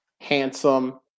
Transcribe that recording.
handsome